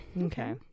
Okay